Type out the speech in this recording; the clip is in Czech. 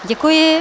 Děkuji.